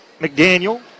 McDaniel